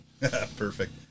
Perfect